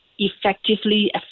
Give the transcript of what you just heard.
Effectively